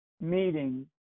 meeting